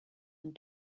and